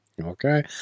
okay